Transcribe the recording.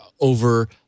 over